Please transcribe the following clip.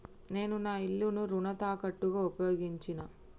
నేను నా ఇల్లును రుణ తాకట్టుగా ఉపయోగించినా